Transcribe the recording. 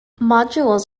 modules